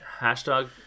Hashtag